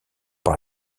par